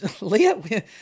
Leah